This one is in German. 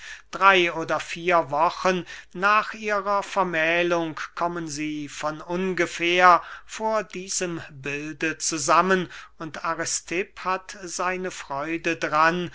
drey oder vier wochen nach ihrer vermählung kommen sie von ungefähr vor diesem bilde zusammen und aristipp hat seine freude dran